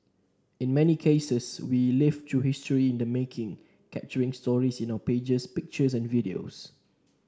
in many cases we live through history in the making capturing stories in our pages pictures and videos